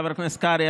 חבר הכנסת קרעי,